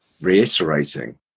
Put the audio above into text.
reiterating